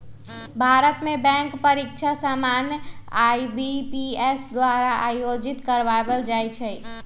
भारत में बैंक परीकछा सामान्य आई.बी.पी.एस द्वारा आयोजित करवायल जाइ छइ